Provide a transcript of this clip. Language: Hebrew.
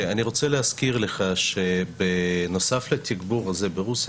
אני רוצה להזכיר לך שבנוסף לתגבור הזה ברוסיה